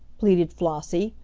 pleaded flossie,